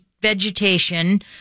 vegetation